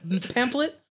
pamphlet